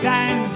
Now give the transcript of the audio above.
Dan